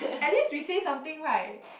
at least we say something right